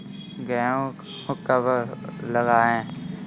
गेहूँ कब लगाएँ?